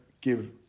give